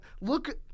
Look